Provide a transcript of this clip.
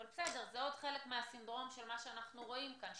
זה עוד חלק מהסינדרום של מה שאנחנו רואים כאן,